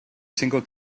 single